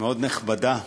נכבדה מאוד.